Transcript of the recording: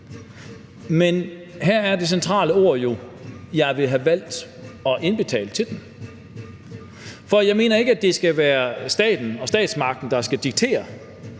Men her er de centrale ord jo: ville have valgt at indbetale til den. For jeg mener ikke, at det skal være staten og statsmagten, der skal diktere,